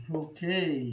okay